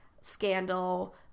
scandal